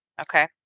Okay